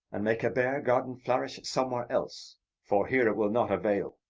and make a bear-garden flourish somewhere else for here it will not avail.